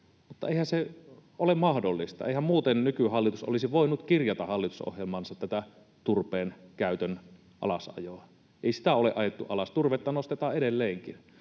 mutta eihän se ole mahdollista. Eihän muuten nykyhallitus olisi voinut kirjata hallitusohjelmaansa tätä turpeenkäytön alasajoa. Ei sitä ole ajettu alas, turvetta nostetaan edelleenkin,